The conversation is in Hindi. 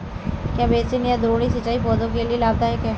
क्या बेसिन या द्रोणी सिंचाई पौधों के लिए लाभदायक है?